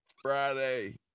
Friday